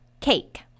cake